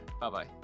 bye-bye